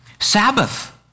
Sabbath